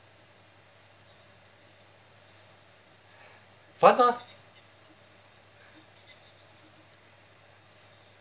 fun ah